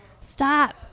stop